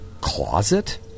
closet